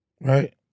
right